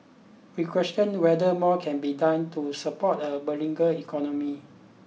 we question whether more can be done to support a beleaguered economy